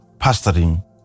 pastoring